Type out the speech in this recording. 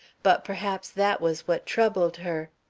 but perhaps that was what troubled her.